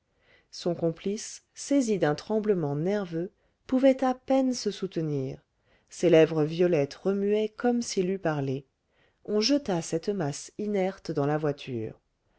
son complice saisi d'un tremblement nerveux pouvait à peine se soutenir ses lèvres violettes remuaient comme s'il eût parlé on jeta cette masse inerte dans la voiture